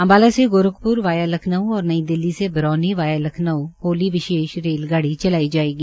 अम्बाला से गोरखपुर वाया लखनऊ और नई दिल्ली से बरौनी वाया लखनऊ होली विशेष गाड़ी चलाई जायेगी